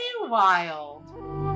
wild